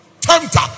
Tempter